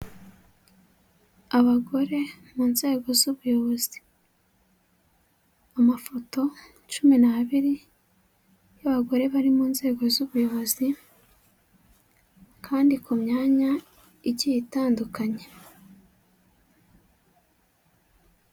Abagore mu nzego z'ubuyobozi. Amafoto cumi n'abiri y'abagore bari mu nzego z'ubuyobozi kandi ku myanya igiye itandukanye.